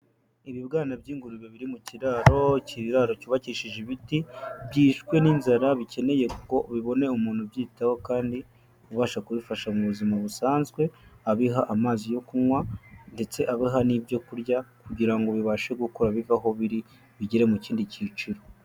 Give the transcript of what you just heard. Ibibwana by'ingurube biri mu kiraro, ikiraro cyubakishije ibiti, byishwe n'inzara bikeneye ko bibona umuntu ubyitaho kandi ubasha kubifasha mu buzima busanzwe, abiha amazi yo kunywa ndetse abaha n'ibyo kurya kugira ngo bibashe gukura biva aho biri bigere mu kindi cyiciro.